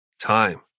time